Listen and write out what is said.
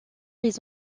les